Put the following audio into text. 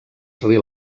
sri